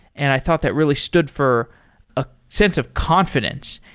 and i thought that really stood for a sense of confidence,